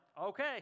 okay